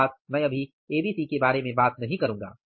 अर्थात मैं अभी ABC के बारे में बात नहीं करूंगा